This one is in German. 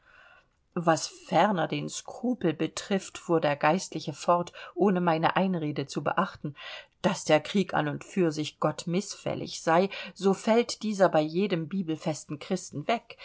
was ferner den skrupel betrifft fuhr der geistliche fort ohne meine einrede zu beachten daß der krieg an und für sich gott mißfällig sei so fällt dieser bei jedem bibelfesten christen weg